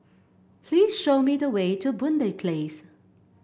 please show me the way to Boon Lay Place